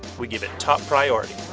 we give it top priority.